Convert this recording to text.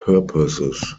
purposes